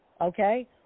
Okay